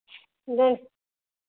दिन